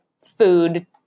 food